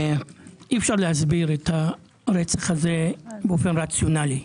אי אפשר להסביר את הרצח הזה באופן רציונלי.